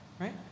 right